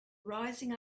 rising